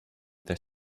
their